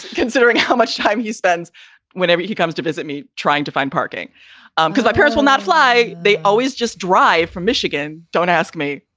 considering how much time he spends whenever he comes to visit me trying to find parking um because i will not fly. they always just drive from michigan. don't ask me.